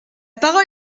parole